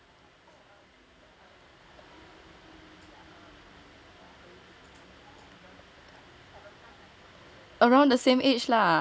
around the same age lah